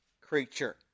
creature